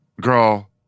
Girl